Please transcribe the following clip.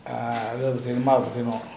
ah